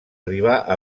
arribar